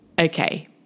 Okay